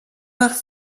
nach